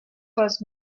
was